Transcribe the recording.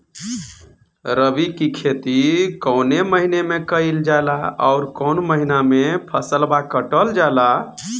रबी की खेती कौने महिने में कइल जाला अउर कौन् महीना में फसलवा कटल जाला?